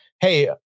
hey